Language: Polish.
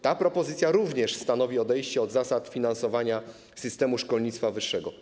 Ta propozycja również stanowi odejście od zasad finansowania systemu szkolnictwa wyższego.